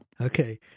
Okay